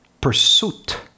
pursuit